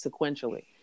sequentially